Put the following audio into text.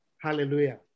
Hallelujah